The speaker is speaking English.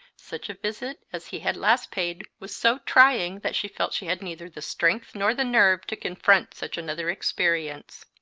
such a visit as he had last paid was so trying that she felt she had neither the strength nor the nerve to confront such another experience.